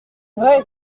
vrai